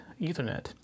Ethernet